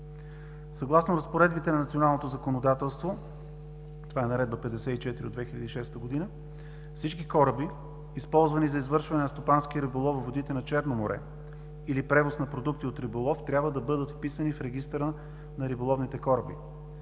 Съгласно разпоредбите на националното законодателство – това е Наредба № 54/2006 г. – всички кораби, използвани за извършване на стопански риболов във водите на Черно море или превоз на продукти от риболов, трябва да бъдат вписани в Регистъра на риболовните кораби.